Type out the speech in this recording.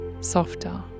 softer